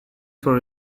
for